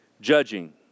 judging